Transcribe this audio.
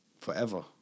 Forever